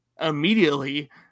immediately